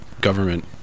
government